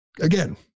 Again